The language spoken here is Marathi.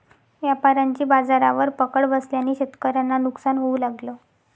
व्यापाऱ्यांची बाजारावर पकड बसल्याने शेतकऱ्यांना नुकसान होऊ लागलं